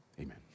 amen